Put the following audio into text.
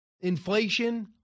inflation